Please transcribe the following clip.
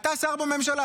אתה שר בממשלה.